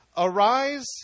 Arise